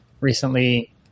recently